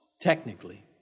technically